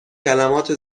کلمات